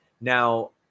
Now